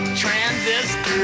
transistor